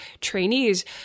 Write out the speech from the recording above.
trainees